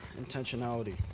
intentionality